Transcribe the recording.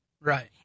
Right